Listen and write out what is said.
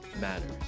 matters